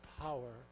power